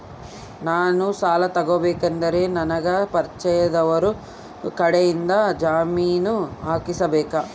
ನಾನು ಸಾಲ ತಗೋಬೇಕಾದರೆ ನನಗ ಪರಿಚಯದವರ ಕಡೆಯಿಂದ ಜಾಮೇನು ಹಾಕಿಸಬೇಕಾ?